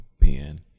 pen